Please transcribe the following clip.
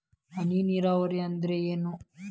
ಹನಿ ನೇರಾವರಿ ಅಂದ್ರೇನ್ರೇ?